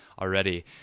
already